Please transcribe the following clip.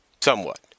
somewhat